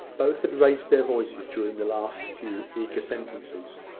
both had raised their voices during the last few eager sentences.